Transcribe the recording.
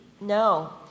No